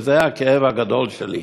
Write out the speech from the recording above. וזה הכאב הגדול שלי.